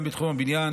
גם בתחום הבניין,